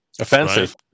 Offensive